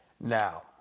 Now